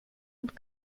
und